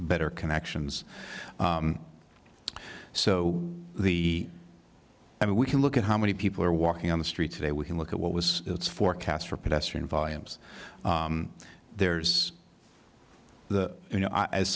better connections so the i mean we can look at how many people are walking on the street today we can look at what was its forecast for pedestrian volumes there's the you know as